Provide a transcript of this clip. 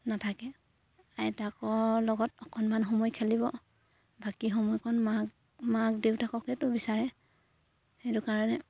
নাথাকে আইতাকৰ লগত অকণমান সময় খেলিব বাকী সময়খন মাক মাক দেউতাককেটো বিছাৰে সেইটো কাৰণে